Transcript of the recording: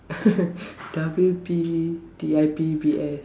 W P E T I P B S